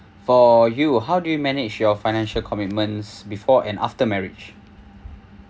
for you how do you manage your financial commitments before and after marriage